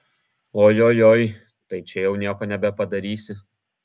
ojojoi tai čia jau nieko nebepadarysi